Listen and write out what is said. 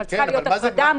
בתוכו אומרים: 20 אנשים, נקודה.